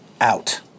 out